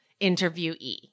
interviewee